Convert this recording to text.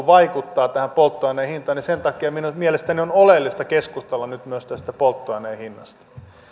vaikuttaa tähän polttoaineen hintaan niin sen takia mielestäni on oleellista keskustella nyt myös tästä polttoaineen hinnasta